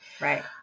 right